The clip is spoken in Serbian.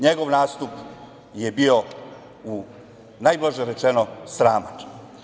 Njegov nastup je bio, najblaže rečeno, sraman.